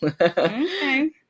okay